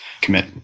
commit